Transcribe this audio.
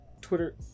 twitter